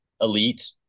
elite